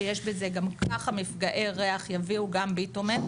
שיש בזה גם ככה מפגעי ריח יביאו גם ביטומן.